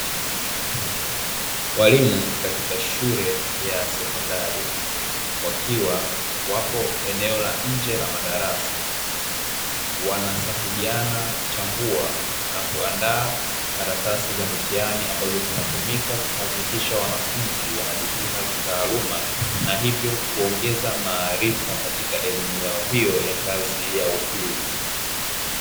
Walimu katika shule ya sekondari wakiwa wapo eneo la nje la madarasa wanasaidiana kuchambua na kuandaa karatasi za mitihani, ambazo zinatumika kuhakikisha wanafunzi wanajipima kitaaluma na hivyo kuongeza maarifa katika elimu yao hiyo ya ngazi ya upili.